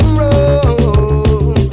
roll